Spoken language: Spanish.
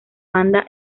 banda